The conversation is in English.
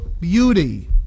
beauty